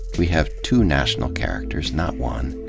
we have two national characters, not one,